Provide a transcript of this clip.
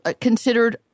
considered